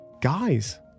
guys